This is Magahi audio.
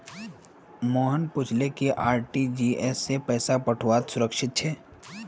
मोहन पूछले कि आर.टी.जी.एस स पैसा पठऔव्वा सुरक्षित छेक